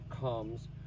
comes